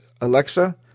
Alexa